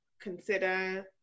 consider